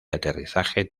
aterrizaje